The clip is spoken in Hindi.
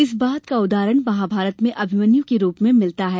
इस बात का उदाहरण महाभारत में अभिमन्यू के रूप में मिलता है